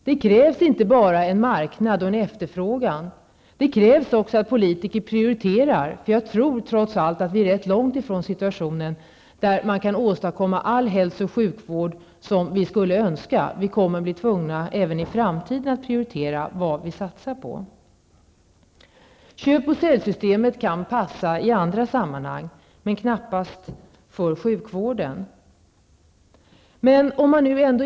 Det krävs inte bara en marknad och en efterfrågan, utan det krävs också att politiker gör prioriteringar. Vi är trots allt rätt långt ifrån en situation, där man kan åstadkomma all hälso och sjukvård som vi skulle önska. Även i framtiden kommer vi att vara tvungna att prioritera våra satsningar. Köp och säljsystemet kan passa i andra sammanhang, men knappast när det gäller sjukvården.